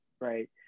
right